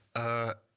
a